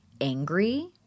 angry